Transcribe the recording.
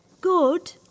Good